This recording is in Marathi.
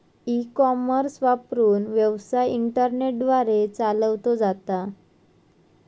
ई कॉमर्स वापरून, व्यवसाय इंटरनेट द्वारे चालवलो जाता